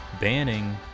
banning